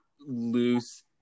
loose